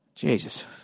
Jesus